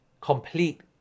complete